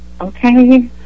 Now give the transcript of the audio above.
okay